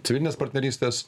civilinės partnerystės